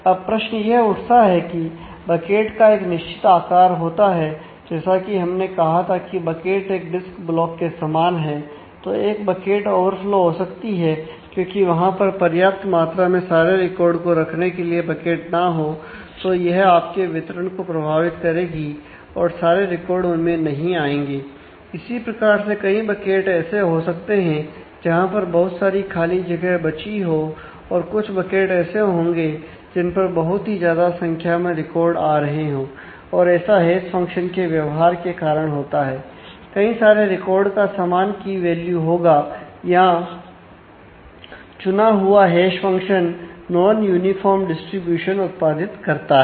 अब प्रश्न यह उठता है कि बकेट का एक निश्चित आकार होता है जैसा कि हमने कहा था की बकेट एक डिस्क ब्लॉक के समान है तो एक बकेट ओवरफ्लो उत्पादित करता है